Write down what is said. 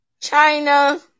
China